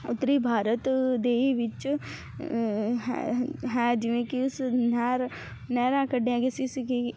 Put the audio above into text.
ਉੱਤਰੀ ਭਾਰਤ ਦੇ ਵਿੱਚ ਹੈ ਹੈ ਜਿਵੇਂ ਕੀ ਉਸ ਨਹਿਰ ਨਹਿਰਾਂ ਕੱਢਿਆ ਗਈਆਂ ਸੀ ਸੀਗੀ